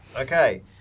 Okay